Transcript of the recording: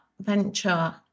venture